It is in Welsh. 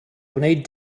wneud